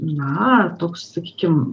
na toks sakykim